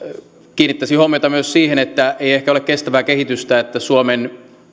kiinnittäisin huomiota myös siihen että ei ehkä ole kestävää kehitystä että